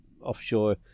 offshore